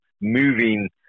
moving